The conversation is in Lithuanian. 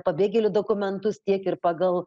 pabėgėlių dokumentus tiek ir pagal